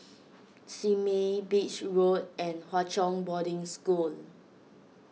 Simei Beach Road and Hwa Chong Boarding School